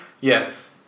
Yes